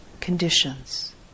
conditions